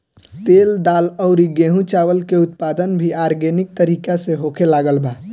तेल, दाल अउरी गेंहू चावल के उत्पादन भी आर्गेनिक तरीका से होखे लागल बा